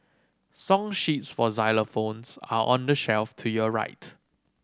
song sheets for xylophones are on the shelf to your right